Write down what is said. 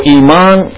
iman